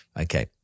Okay